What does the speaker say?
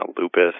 lupus